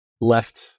left